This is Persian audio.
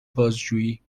بازجویی